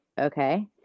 okay